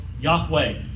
Yahweh